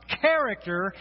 character